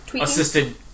Assisted